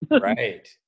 Right